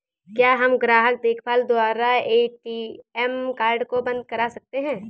क्या हम ग्राहक देखभाल द्वारा ए.टी.एम कार्ड को बंद करा सकते हैं?